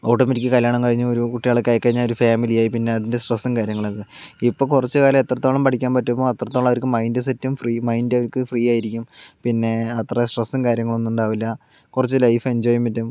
automatic കല്യാണം കഴിഞ്ഞ് ഒരു കുട്ടികളൊക്കെ ആയി കഴിഞ്ഞാൽ ഒരു ഫാമിലി ആയി പിന്നെ അതിൻ്റെ സ്ട്രെസ്സും കാര്യങ്ങളൊക്കെ ഇപ്പോൾ കുറച്ച് കാലം എത്രത്തോളം പഠിക്കാൻ പറ്റുന്നോ അത്രത്തോളം അവർക്ക് മൈൻഡ് സെറ്റും ഫ്രീ മൈൻഡ് അവർക്ക് ഫ്രീ ആയിരിക്കും പിന്നെ അത്ര സ്ട്രെസ്സും കാര്യങ്ങളൊന്നും ഉണ്ടാവില്ല കുറച്ച് ലൈഫ് എൻജോയ് ചെയ്യാൻ പറ്റും